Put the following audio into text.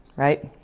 right?